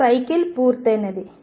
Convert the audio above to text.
ఒక సైకిల్ పూర్తయినది